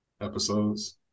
episodes